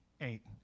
eight